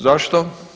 Zašto?